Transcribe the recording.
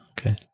okay